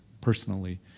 personally